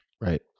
Right